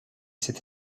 cette